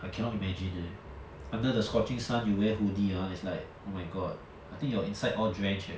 I cannot imagine leh under the scorching sun you wear hoodie ah it's like oh my god I think your inside all drench leh